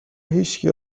هیچکی